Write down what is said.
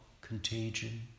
contagion